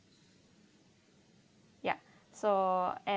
ya so